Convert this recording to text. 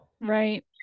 Right